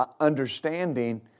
understanding